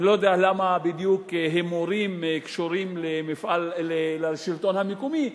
אני לא יודע למה בדיוק הימורים קשורים לשלטון המקומי,